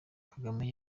kagame